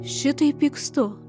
šitaip pykstu